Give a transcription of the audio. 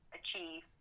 achieve